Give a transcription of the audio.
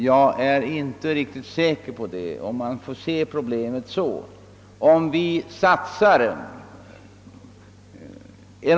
Jag är inte riktigt säker på att man kan se problemet på det sättet.